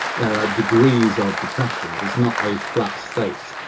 there are degrees of depression. it's not a flat state.